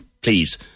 please